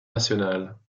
nationale